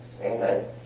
Amen